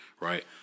right